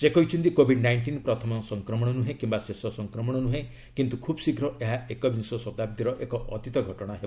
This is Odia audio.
ସେ କହିଛନ୍ତି କୋବିଡ୍ ନାଇଷ୍ଟିନ୍ ପ୍ରଥମ ସଂକ୍ରମଣ ନୁହେଁ କିୟା ଶେଷ ସଂକ୍ରମଣ ନୁହେଁ କିନ୍ତୁ ଖୁବ୍ ଶୀଘ୍ର ଏହା ଏକବିଂଶ ଶତାବ୍ଦୀର ଏକ ଅତୀତ ଘଟଣା ହେବ